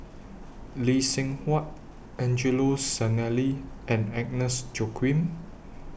Lee Seng Huat Angelo Sanelli and Agnes Joaquim